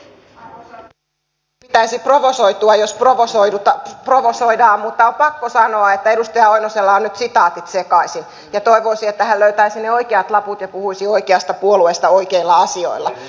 ei pitäisi provosoitua jos provosoidaan mutta on pakko sanoa että edustaja oinosella on nyt sitaatit sekaisin ja toivoisin että hän löytäisi ne oikeat laput ja puhuisi oikeasta puolueesta oikeilla asioilla